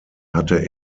hatte